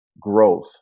growth